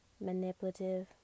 manipulative